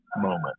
moment